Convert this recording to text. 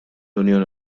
unjoni